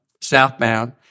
southbound